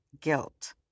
guilt